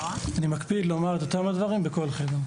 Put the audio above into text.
אני מקפיד לומר את אותם הדברים בכל חדר.